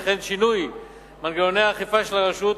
וכן שינוי מנגנוני האכיפה של הרשות,